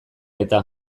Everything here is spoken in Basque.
eta